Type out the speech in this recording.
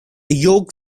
yoga